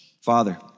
Father